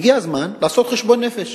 והגיע הזמן לעשות חשבון נפש,